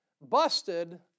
Busted